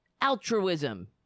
altruism